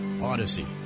Odyssey